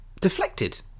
deflected